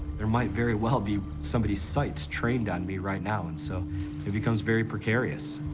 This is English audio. there might very well be somebody's sights trained on me right now, and so it becomes very precarious.